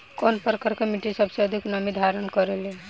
कउन प्रकार के मिट्टी सबसे अधिक नमी धारण करे ले?